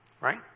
Right